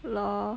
lol